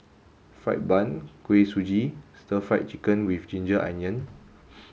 fried bun Kuih Suji and stir fried chicken with ginger onion